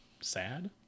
sad